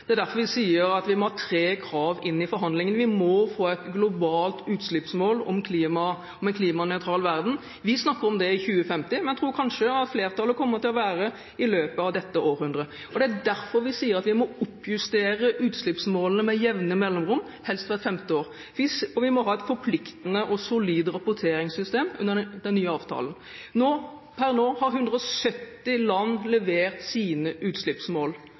Det er derfor vi sier at vi må ha tre krav inn i forhandlingene. Vi må få et globalt utslippsmål om en klimanøytral verden. Vi snakker om det i 2050, men jeg tror kanskje at flertallet kommer til å være i løpet av dette århundret. Det er derfor vi sier at vi må oppjustere utslippsmålene med jevne mellomrom, helst hvert femte år, og vi må ha et forpliktende og solid rapporteringssystem under den nye avtalen. Per nå har 170 land levert sine utslippsmål.